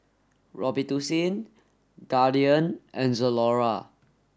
Robitussin Guardian and Zalora